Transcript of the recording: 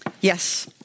Yes